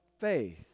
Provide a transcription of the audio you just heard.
faith